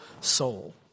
soul